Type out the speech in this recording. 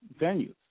venues